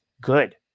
Good